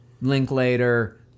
Linklater